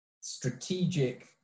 strategic